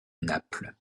naples